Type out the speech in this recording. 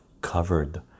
covered